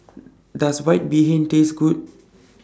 Does White Bee Hoon Taste Good